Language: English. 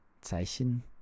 Zeichen